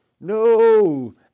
No